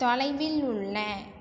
தொலைவில் உள்ள